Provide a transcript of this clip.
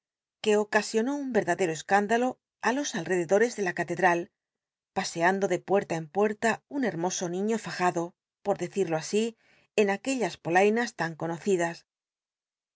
que ocasionó nn yetdatlcto csc indalo á los alrcdedotcs de la catcdtal paseando de puerta en puetta un hermoso niiio fajado por decido así en aquellas polainas tan conocidas